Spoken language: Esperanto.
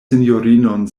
sinjorinon